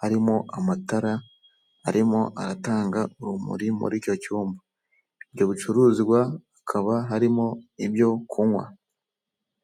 harimo amatara arimo aratanga urumuri muri icyo cyumba, ibyo bicuruzwa hakaba harimo ibyo kunywa.